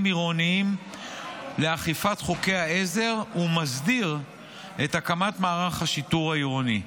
עירוניים לאכיפת חוקי העזר ומסדיר את הקמת מערך השיטור העירוני.